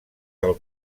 del